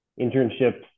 internships